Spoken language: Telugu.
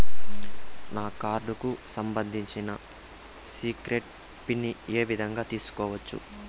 నా కార్డుకు సంబంధించిన సీక్రెట్ పిన్ ఏ విధంగా తీసుకోవచ్చు?